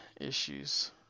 issues